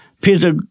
Peter